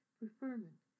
preferment